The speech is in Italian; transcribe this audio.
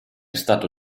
stato